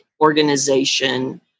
organization